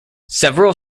several